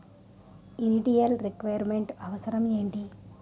Initial requirement అవసరం ఎంటి?